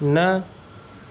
न